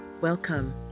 Welcome